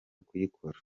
kuyikora